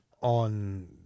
on